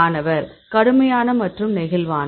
மாணவர் கடுமையான மற்றும் நெகிழ்வான